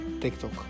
tiktok